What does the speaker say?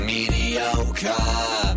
Mediocre